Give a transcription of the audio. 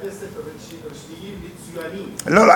עיסאווי, יש בתי-ספר רשמיים מצוינים, לא,